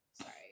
sorry